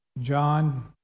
John